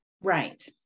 Right